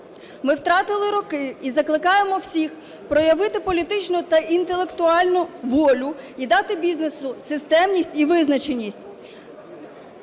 Ми втратили роки і закликаємо всіх проявити політичну та інтелектуальну волю і дати бізнесу системність і визначеність.